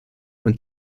und